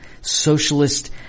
socialist